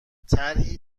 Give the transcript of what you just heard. طرحی